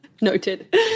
Noted